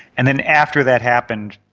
and then after that happened,